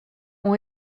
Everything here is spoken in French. ont